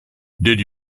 did